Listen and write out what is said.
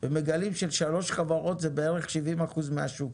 ומגלים ששלוש חברות זה בערך 70% מהשוק,